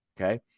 okay